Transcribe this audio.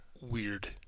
weird